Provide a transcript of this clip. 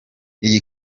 iyi